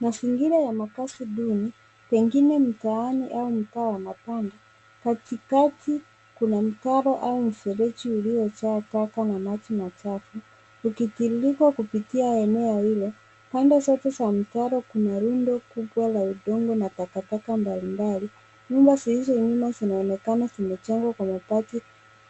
Mazingira ya makazi duni, pengine mtaani au mtaa wa mabanda. Katikati kuna mtaro au mfereji uliojaa taka na maji machafu ukitiririka kupitia eneo hilo. Pande zote za mtaro kuna rundo kubwa la udongo na takataka mbalimbali. Nyumba zilizo nyuma zinaonekana zimejengwa kwa mabati